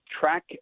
track